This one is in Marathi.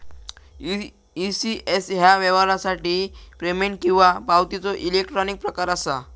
ई.सी.एस ह्या व्यवहारासाठी पेमेंट किंवा पावतीचो इलेक्ट्रॉनिक प्रकार असा